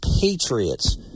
patriots